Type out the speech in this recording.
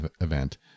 event